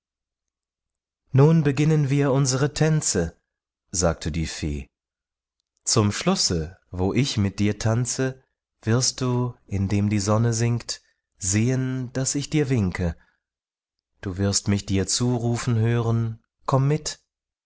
nun beginnen wir unsere tänze sagte die fee zum schlusse wo ich mit dir tanze wirst du indem die sonne sinkt sehen daß ich dir winke du wirst mich dir zurufen hören komm mit